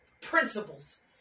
principles